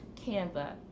canva